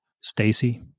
Stacy